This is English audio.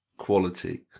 quality